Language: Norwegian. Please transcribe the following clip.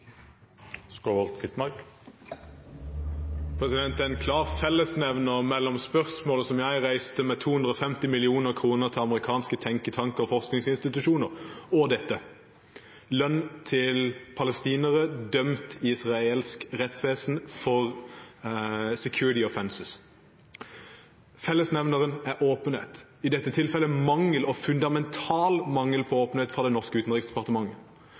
en klar fellesnevner mellom spørsmålet som jeg reiste om 250 mill. kr til amerikanske tenketanker og forskningsinstitusjoner, og dette: Lønn til palestinere dømt i israelsk rettsvesen for «security offences». Fellesnevneren er åpenhet, i dette tilfellet fundamental mangel på åpenhet fra det norske Utenriksdepartementet.